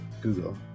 Google